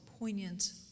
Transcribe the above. poignant